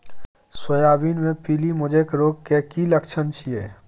Soybean मे पीली mosaic रोग के की लक्षण छीये?